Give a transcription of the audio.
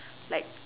like